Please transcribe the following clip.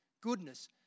goodness